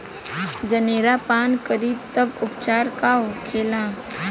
जनेरा पान करी तब उपचार का होखेला?